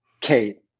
kate